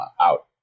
out